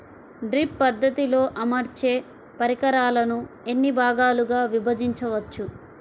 Drip పద్ధతిలో అమర్చే పరికరాలను ఎన్ని భాగాలుగా విభజించవచ్చు?